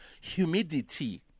humidity